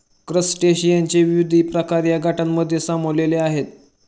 क्रस्टेशियनचे विविध प्रकार या गटांमध्ये सामावलेले आहेत